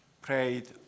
prayed